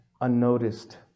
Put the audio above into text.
unnoticed